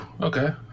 okay